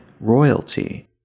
royalty